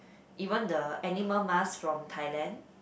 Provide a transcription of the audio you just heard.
even the animal mask from Thailand